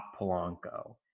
Polanco